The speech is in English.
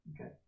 Okay